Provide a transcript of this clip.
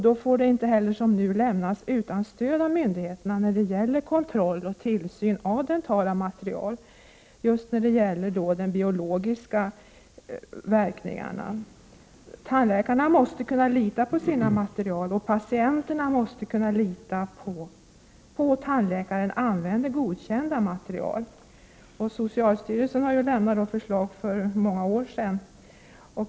Då får inte heller tandläkarna, som nu, lämnas utan stöd från myndigheterna när det gäller kontroll och tillsyn av dentala materials biologiska verkningar. Tandläkarna måste kunna lita på sina material, och patienterna måste kunna lita på att tandläkaren använder godkända material. Socialstyrelsen har lämnat ett förslag för många år sedan.